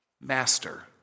Master